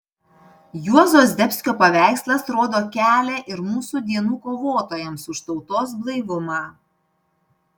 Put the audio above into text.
juozo zdebskio paveikslas rodo kelią ir mūsų dienų kovotojams už tautos blaivumą